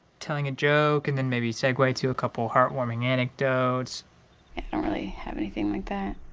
telling a joke and then maybe segue to a couple heartwarming anecdotes. i don't really have anything like that.